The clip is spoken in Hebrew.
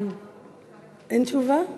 אין תשובה?